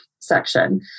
Section